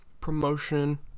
promotion